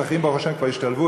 המזרחים כבר השתלבו,